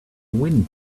wind